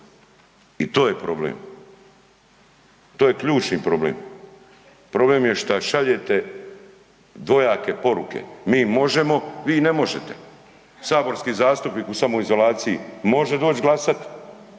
i to je problem. To je ključni problem. Problem je što šaljete dvojake poruke. Mi možemo, vi ne možete. Saborski zastupnik u samoizolaciji može doći glasati,